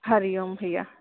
हरिओम भईया